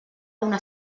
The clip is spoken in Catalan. una